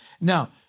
Now